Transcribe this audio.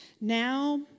Now